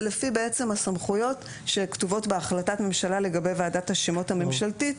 זה לפי הסמכויות שכתובות בהחלטת הממשלה לגבי ועדת השמות הממשלתית,